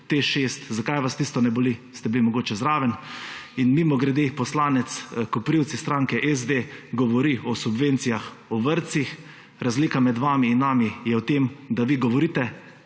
6? Zakaj vas tisto ne boli, ste bili mogoče zraven? In mimogrede, poslanec Koprivc iz stranke SD govori o subvencijah, o vrtcih. Razlika med vami in nami je v tem, da vi govorite